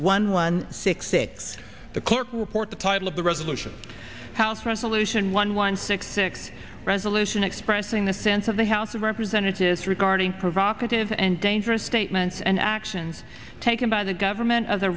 one one six six the current report the title of the resolution house resolution one one six six resolution expressing the sense of the house of representatives regarding provocative and dangerous statements and actions taken by the government as a